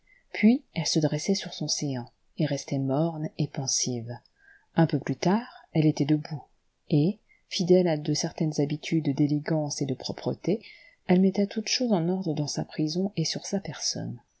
puis elle se dressait sur son séant et restait morne et pensive un peu plus tard elle était debout et fidèle à de certaines habitudes d'élégance et de propreté elle mettait toutes choses en ordre dans sa prison et sur sa personne